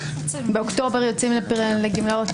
שבאוקטובר יוצאים לגמלאות.